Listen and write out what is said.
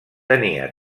tenia